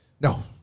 No